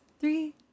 three